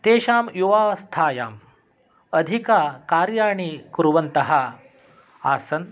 तेषां युवावस्थायाम् अधिककार्याणि कुर्वन्तः आसन्